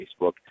Facebook